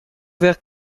vers